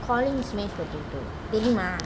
collin's mashed potato